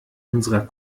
unserer